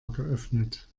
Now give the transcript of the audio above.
geöffnet